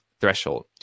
threshold